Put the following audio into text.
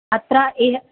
अत्र ए